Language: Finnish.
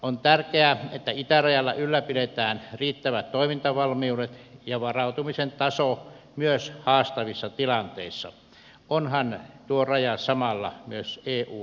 on tärkeää että itärajalla ylläpidetään riittävät toimintavalmiudet ja varautumisen taso myös haastavissa tilanteissa onhan tuo raja samalla myös eun ulkoraja